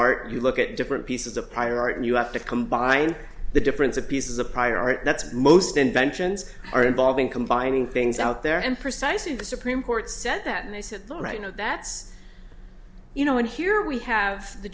art you look at different pieces of prior art and you have to combine the difference of pieces of prior art that's most inventions are involving combining things out there and precisely the supreme court said that they said all right no that's you know in here we have the